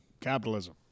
capitalism